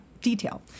detail